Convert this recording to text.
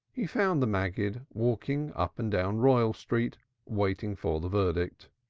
he found the maggid walking up and down royal street waiting for the verdict.